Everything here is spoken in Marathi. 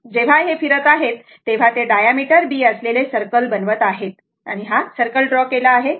जेव्हा ते फिरत आहेत तेव्हा ते डायमीटर B असलेले सर्कल बनवत आहेत आणि हा सर्कल ड्रॉ केला आहे बरोबर